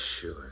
sure